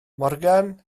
morgan